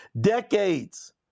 decades